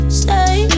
stay